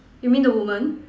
you mean the women